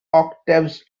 octaves